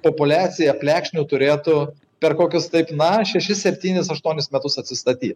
populiacija plekšnių turėtų per kokius taip na šešis septynis aštuonis metus atsistatyt